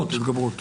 התגברות.